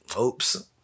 oops